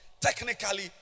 technically